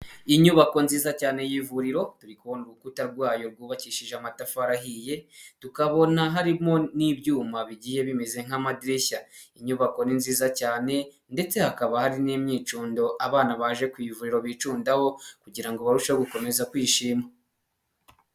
Inyubako nziza cyane y'ivuriro turi kubona urukuta rwayo rwubakishije amatafarahiye, tukabona harimo n'ibyuma bigiye bimeze nk'amadirishya, inyubako ni nziza cyane ndetse hakaba hari n'imyicundo abana baje kuryivuriro bicundaho, kugirango barusheho gukomeza kwishima.